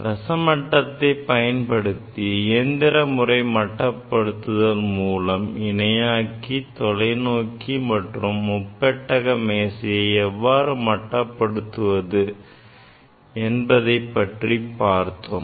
ரசமட்டத்தை பயன்படுத்தி இயந்திர முறை மட்டுப்படுத்துதல் மூலம் இணையாக்கி தொலைநோக்கி மற்றும் முப்பட்டக மேசையை எவ்வாறு மட்டப்படுத்துவது என்பதைப் பற்றி பார்த்தோம்